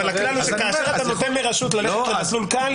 הכלל הוא שכאשר אתה נותן לרשות ללכת למסלול קל,